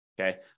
Okay